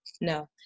No